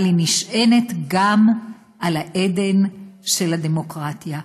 אבל היא נשענת גם על האדן של הדמוקרטיה.